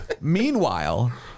Meanwhile